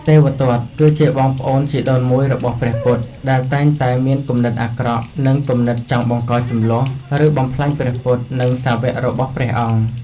ទេវទត្ត គឺជាបងប្អូនជីដូនមួយរបស់ព្រះពុទ្ធ ដែលតែងតែមានគំនិតអាក្រក់ និងគំនិតចង់បង្កជម្លោះ ឬបំផ្លាញព្រះពុទ្ធ និងសាវ័ករបស់ព្រះអង្គ។